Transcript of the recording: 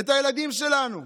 את הילדים שלנו.